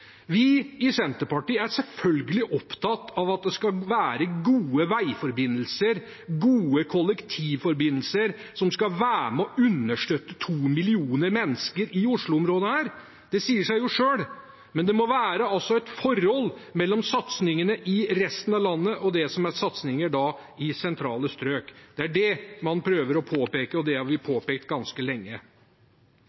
Vi i Senterpartiet er selvfølgelig opptatt av at det skal være gode veiforbindelser og gode kollektivforbindelser for å understøtte 2 millioner mennesker i Oslo-området. Det sier seg selv. Men det må også være et forhold mellom satsingen i resten av landet og satsingen i sentrale strøk. Det er det man prøver å påpeke, og det har vi påpekt ganske lenge. Ser vi på